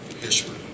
history